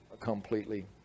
completely